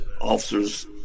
officers